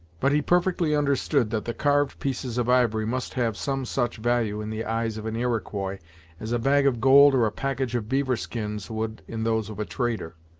but he perfectly understood that the carved pieces of ivory must have some such value in the eyes of an iroquois as a bag of gold or a package of beaver skins would in those of a trader.